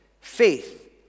Faith